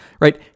right